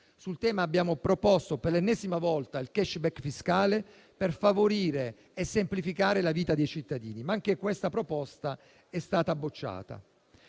Sul tema, abbiamo proposto per l'ennesima volta il *cashback* fiscale per favorire e semplificare la vita dei cittadini, ma anche questa proposta è stata bocciata.